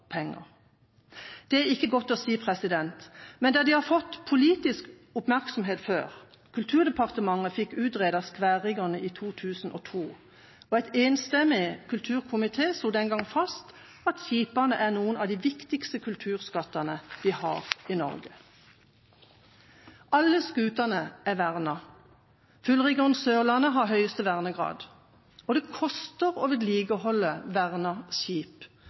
penger. Det er ikke godt å si, men de har fått politisk oppmerksomhet før. Kulturdepartementet fikk utredet skværriggerne i 2002, og en enstemmig kulturkomité slo den gangen fast at skipene er noen av de viktigste kulturskattene vi har i Norge. Alle skutene er vernet, og fullriggeren «Sørlandet» har høyeste vernegrad. Det koster å vedlikeholde vernede skip